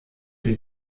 sie